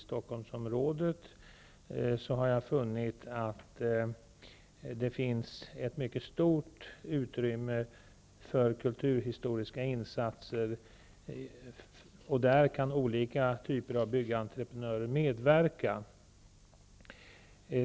Stockholmsområdet har jag funnit att det finns ett mycket stort utrymme för kulturhistoriska insatser. Där kan olika typer av byggentreprenörer medverka.